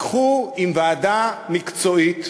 לקחו ועדה מקצועית.